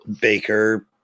Baker